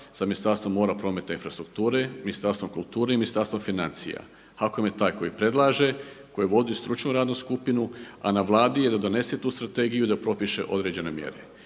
sa Ministarstvom mora, prometa i infrastrukture, Ministarstvom kulture i Ministarstvom financija. HAKOM je taj koji predlaže, koji vodi stručnu radnu skupinu a na Vladi je da donese tu strategiju i da propiše određene mjere.